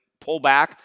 pullback